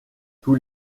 tous